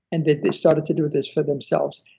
and then they started to do this for themselves.